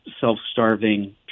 self-starving